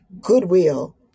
goodwill